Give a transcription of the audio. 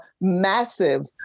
massive